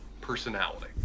personality